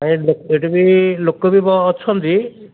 ନାଇ ଏଠି ବି ଲୋକ ବି ଅଛନ୍ତି